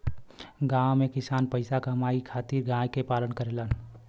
गांव में किसान पईसा कमाए खातिर गाय क पालन करेलन